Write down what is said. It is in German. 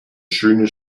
schöne